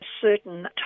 certain